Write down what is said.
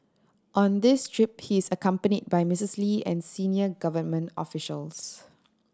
on this trip he is accompanied by Misses Lee and senior government officials